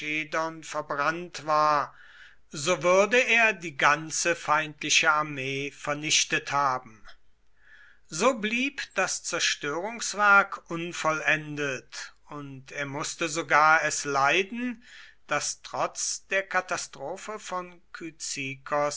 verbrannt war so würde er die ganze feindliche armee vernichtet haben so blieb das zerstörungswerk unvollendet und er mußte sogar es leiden daß trotz der katastrophe von